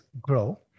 grow